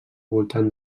voltant